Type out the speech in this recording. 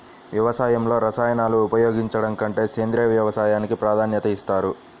వ్యవసాయంలో రసాయనాలను ఉపయోగించడం కంటే సేంద్రియ వ్యవసాయానికి ప్రాధాన్యత ఇస్తారు